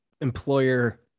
employer